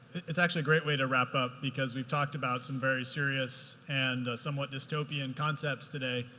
it's actually great way to wrap up because we've talked about some very serious and somewhat dystopian concepts today.